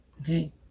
okay